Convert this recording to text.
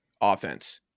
offense